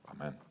Amen